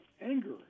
anger